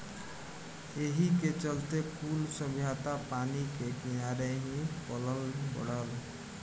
एही के चलते कुल सभ्यता पानी के किनारे ही पलल बढ़ल